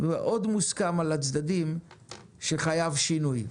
מוסכם על הצדדים שחייב להיות פה שינוי.